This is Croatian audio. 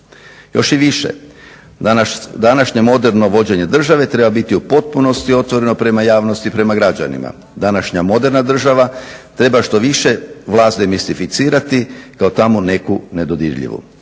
Još i više, današnje moderno vođenje države treba biti u potpunosti otvoreno prema javnosti i prema građanima. Današnja moderna država treba što više vlast demistificirati kao tamo neku nedodirljivu.